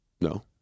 No